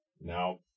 Now